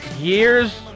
years